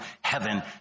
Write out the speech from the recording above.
heaven